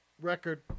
record